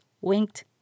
winked